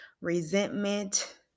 resentment